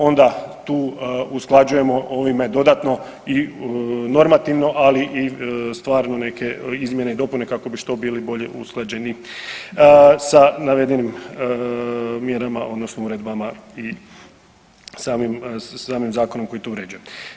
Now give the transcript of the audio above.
Onda tu usklađujemo ovime dodatno i normativno ali i stvarno neke izmjene i dopune kako bi što bili bolje usklađeni sa navedenim mjerama odnosno uredbama i samim, samim zakonom koji to uređuje.